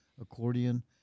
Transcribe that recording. accordion